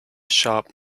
sharp